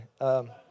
okay